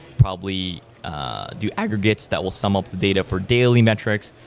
probably do aggregates that will some up the data for daily metrics,